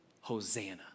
Hosanna